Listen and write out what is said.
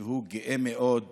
שהוא גאה מאוד